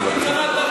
את שרת תרבות.